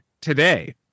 today